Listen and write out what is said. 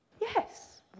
Yes